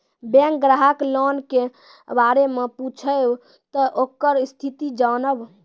Bank ग्राहक loan के बारे मैं पुछेब ते ओकर स्थिति जॉनब?